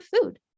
food